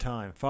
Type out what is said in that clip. Time